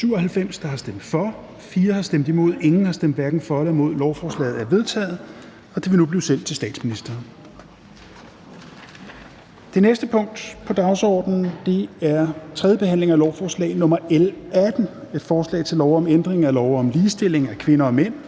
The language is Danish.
FG og ALT), imod stemte 4 (NB og LA), hverken for eller imod stemte 0. Lovforslaget er vedtaget og vil nu blive sendt til statsministeren. --- Det næste punkt på dagsordenen er: 7) 3. behandling af lovforslag nr. L 18: Forslag til lov om ændring af lov om ligestilling af kvinder og mænd,